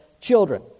children